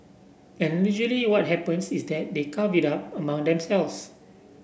and usually what happens is that they carve it up among themselves